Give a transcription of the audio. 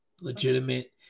legitimate